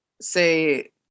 say